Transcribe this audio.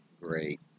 Great